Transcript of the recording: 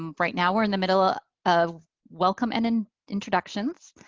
um right now we're in the middle of welcome and and introductions.